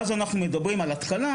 ואז אנחנו מדברים על התחלה,